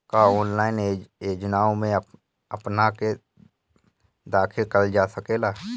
का ऑनलाइन योजनाओ में अपना के दाखिल करल जा सकेला?